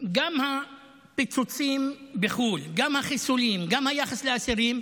גם הפיצוצים בחו"ל, גם החיסולים, גם היחס לאסירים,